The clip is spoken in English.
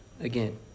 again